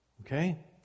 Okay